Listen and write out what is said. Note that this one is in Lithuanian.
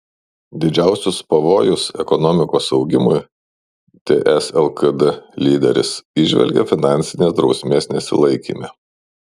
didžiausius pavojus ekonomikos augimui ts lkd lyderis įžvelgia finansinės drausmės nesilaikyme